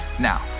Now